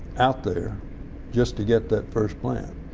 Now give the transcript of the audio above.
out there just to get that first plant.